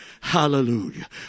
Hallelujah